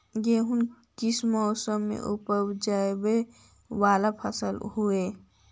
गेहूं किस मौसम में ऊपजावे वाला फसल हउ?